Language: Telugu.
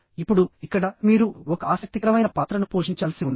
ఇప్పుడు ఇక్కడ మీరు ఒక ఆసక్తికరమైన పాత్రను పోషించాల్సి ఉంది